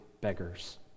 beggars